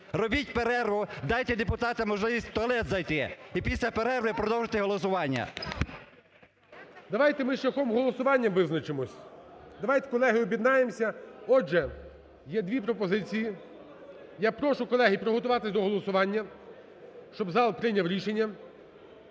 Робіть перерву, дайте депутатам можливість в туалет зайти і після перерви продовжити голосування. ГОЛОВУЮЧИЙ. Давайте ми шляхом голосування визначимось. Давайте, колеги, об'єднаємося. Отже, є дві пропозиції. Я прошу, колеги, приготуватись до голосування, щоб зал прийняв рішення.